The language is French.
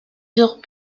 jours